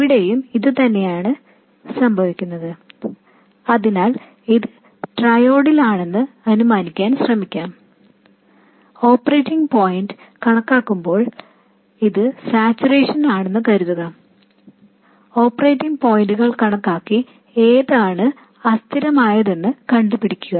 ഇവിടെയും അത് തന്നെയാണ് സംഭവിക്കുന്നത് അതിനാൽ ഇത് ട്രയോഡാണെന്ന് അനുമാനിക്കാൻ ശ്രമിക്കാം ഓപ്പറേറ്റിംഗ് പോയിന്റ് കണക്കാക്കുമ്പോൾ ഇത് സാച്ചുറേഷൻ ആണെന്ന് കരുതുക ഓപ്പറേറ്റിംഗ് പോയിന്റുകൾ കണക്കാക്കി ഏതാണ് അസ്ഥിരമായതെന്ന് കണ്ടുപിടിക്കുക